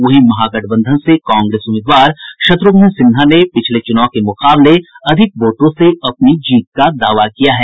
वहीं महागठबंधन से कांग्रेस उम्मीदवार शत्रुघ्न सिन्हा ने पिछले चुनाव के मुकाबले अधिक वोटों से अपनी जीत का दावा किया है